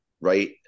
right